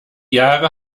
jahre